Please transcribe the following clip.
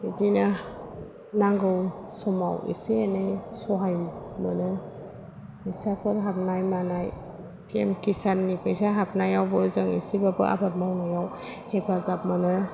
बिदिनो नांगौ समाव एसे एनै सहाय मोनो फैसाफोर हाबनाय मानाय फि एम किसाननि फैसा हाबनायावबो जों एसेबाबो आबाद मावनायाव हेफाजाब मोनो